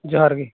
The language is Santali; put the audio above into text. ᱡᱚᱦᱟᱨ ᱜᱮ